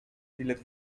bilet